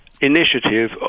initiative